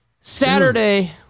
Saturday